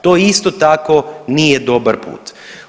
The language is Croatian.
To isto tako nije dobar put.